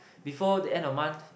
before the end of month